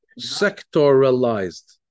sectoralized